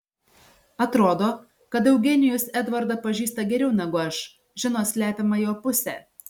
atrodo kad eugenijus edvardą pažįsta geriau negu aš žino slepiamą jo pusę